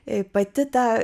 jei pati ta